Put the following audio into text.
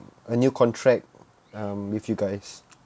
a new contract um with you guys